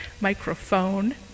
microphone